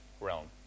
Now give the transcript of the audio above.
realm